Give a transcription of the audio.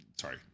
sorry